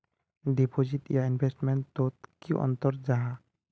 Deposit आर investment तोत की अंतर जाहा?